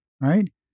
right